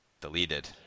Deleted